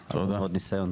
וניסיון.